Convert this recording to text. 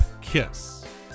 KISS